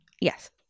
Yes